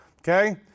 okay